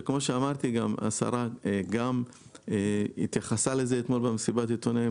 שכמו שאמרתי השרה גם התייחסה לזה אתמול במסיבת העיתונאים,